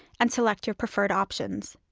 and select your prefered options.